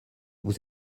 vous